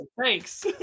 thanks